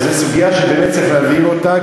זו סוגיה שבאמת צריך להבהיר אותה,